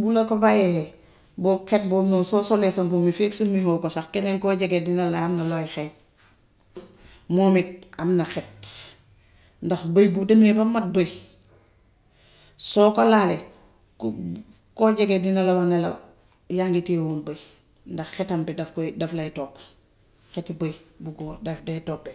Bu la ko bàyyee bo xet boobu noonu, boo solee sa mbub mi feek summiwoo ko sax keneen koo jege dina la wax am na looy xeeñ. Moom it am na xet ndax bëy bu demee ba mat bëy soo ko laalee koo jege dana la wax ne yaa ngi tëyewoon bëy ndax xetam bi daf koy daf lay topp. Xetu bëy bu góor daf dee toppe.